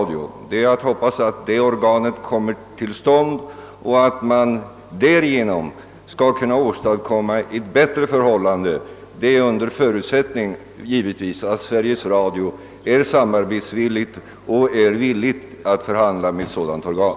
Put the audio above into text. Det är att hoppas att detta organ kommer till stånd och att man därigenom skall kunna åstadkomma ett bättre förhållande. En förutsättning är givetvis att Sveriges Radio är samarbetsvillig och vill förhandla med ett sådant organ.